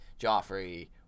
Joffrey